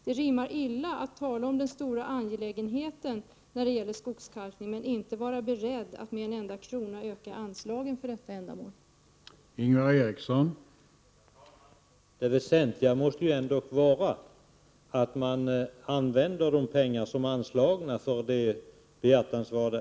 Det rimmar illa att tala om den stora angelägenheten när det gäller skogskalkning men inte vara beredd att öka anslaget för detta ändamål med en enda krona.